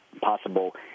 possible